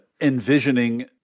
envisioning